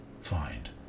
find